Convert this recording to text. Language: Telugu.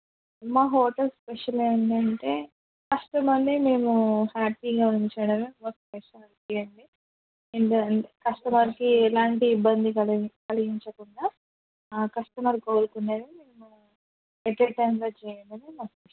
మా హోటల్ స్పెషల్ ఏంటంటే కస్టమర్ని మేము హ్యాపీగా ఉంచడం మా స్పెషాలిటీ అండి ఇంకా కస్టమర్కి ఎలాంటి ఇబ్బంది కలిగి కలిగించకుండా ఆ కస్టమర్ కోరుకునేదిమేము యట్ ఏ టైంలో చేయడం మా స్పెషల్